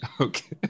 okay